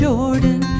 Jordan